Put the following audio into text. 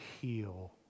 heal